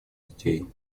детей